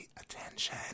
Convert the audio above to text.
attention